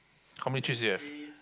how many chairs you have